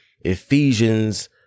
Ephesians